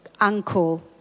uncle